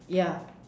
ya